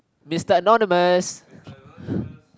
Mister Anonymous